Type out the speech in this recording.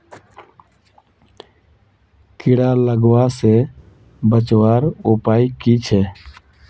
कीड़ा लगवा से बचवार उपाय की छे?